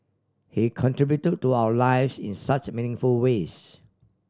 he contribute to to our lives in such meaningful ways